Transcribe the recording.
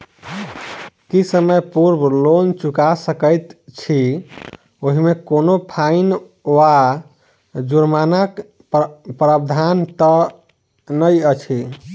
की समय पूर्व लोन चुका सकैत छी ओहिमे कोनो फाईन वा जुर्मानाक प्रावधान तऽ नहि अछि?